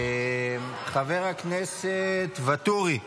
חבר הכנסת ואטורי,